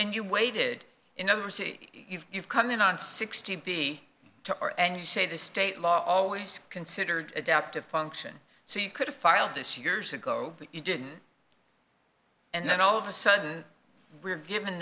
and you waited in others you've come in on sixty b to or and you say the state law always considered adaptive function so you could have filed this years ago you didn't and then all of a sudden we're given